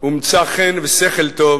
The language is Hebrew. "ומצא חן ושכל טוב